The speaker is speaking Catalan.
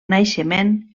naixement